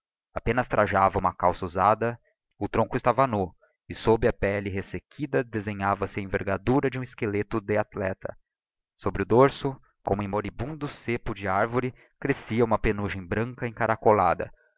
apenas trajava uma usada calça o tronco estava nú e sob a pelle resequida desenhava-se a envergadura de um esqueleto deathleta sobre o dorso como em moribundo cepo de arvore crescia uma pennugem branca encaracolada